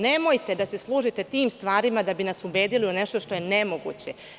Nemojte da se služite tim stvarima da bi nas ubedili u nešto što je nemoguće.